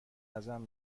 ازم